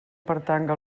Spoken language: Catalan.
pertanga